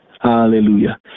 Hallelujah